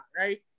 right